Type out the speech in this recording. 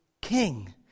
King